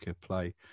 play